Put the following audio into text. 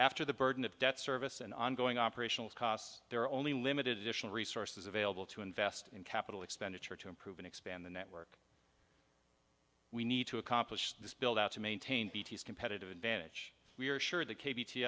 after the burden of debt service and ongoing operational costs there are only limited additional resources available to invest in capital expenditure to improve and expand the network we need to accomplish this build out to maintain bts competitive advantage we are sure th